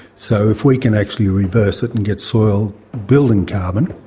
so if we can actually reverse it and get soil building carbon,